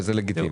וזה לגיטימי.